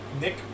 Nick